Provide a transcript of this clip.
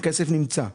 הכסף נמצא.